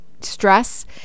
stress